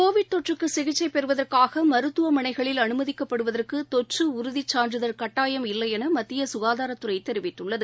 Covid தொற்றுக்குசிகிச்சைபெறுவதற்காகமருத்துவமனைகளில் அனுமதிக்கப்படுவதற்குதொற்றுஉறுதிச் சான்றிதழ் கட்டாயம் இல்லையெனமத்தியசுகாதாரத்துறைதெரிவித்துள்ளது